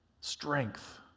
strength